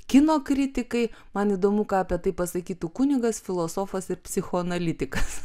kino kritikai man įdomu ką apie tai pasakytų kunigas filosofas ir psichoanalitikas